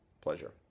pleasure